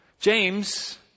James